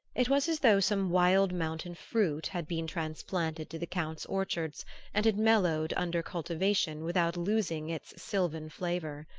it was as though some wild mountain-fruit had been transplanted to the count's orchards and had mellowed under cultivation without losing its sylvan flavor.